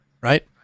right